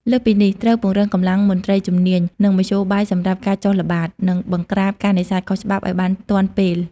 លើសពីនេះ ត្រូវពង្រឹងកម្លាំងមន្ត្រីជំនាញ និងមធ្យោបាយសម្រាប់ការចុះល្បាត និងបង្ក្រាបការនេសាទខុសច្បាប់ឲ្យបានទាន់ពេល។